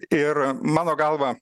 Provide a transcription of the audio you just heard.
ir mano galva